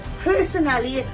personally